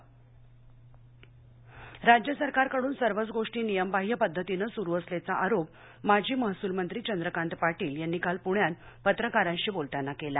चंद्रकांत पाटील राज्य सरकारकडून सर्वच गोष्टी नियमबाह्य पद्धतीनं सुरू असल्याचा आरोप माजी महसूल मंत्री चंद्रकांत पाटील यांनी काल पूण्यात पत्रकारांशी बोलताना केला